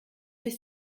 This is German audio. sich